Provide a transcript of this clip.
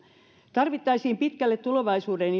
tarvittaisiin pitkälle tulevaisuuteen